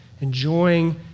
enjoying